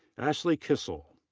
ashley kissel.